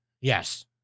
yes